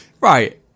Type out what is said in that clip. Right